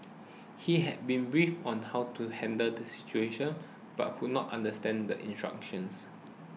he had been briefed on how to handle the situation but could not understand the instructions